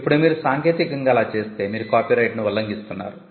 ఇప్పుడు మీరు సాంకేతికంగా అలా చేస్తే మీరు కాపీరైట్ను ఉల్లంఘిస్తున్నారు